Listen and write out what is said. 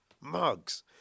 mugs